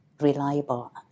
reliable